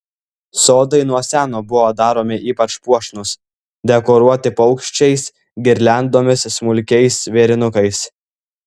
sodai nuo seno buvo daromi ypač puošnūs dekoruoti paukščiais girliandomis smulkiais vėrinukais